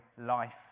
life